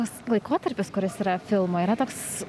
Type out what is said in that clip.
tas laikotarpis kuris yra filmo yra toks